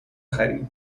خری